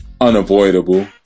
unavoidable